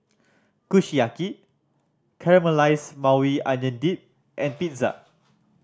Kushiyaki Caramelize Maui Onion Dip and Pizza